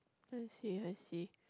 I see I see